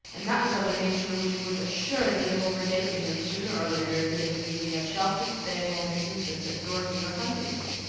and that was of a nature which would assuredly have overtaken him sooner or later if he had been leading a sheltered, stay-at home existence at dorking or huntingdon.